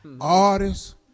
artists